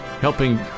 helping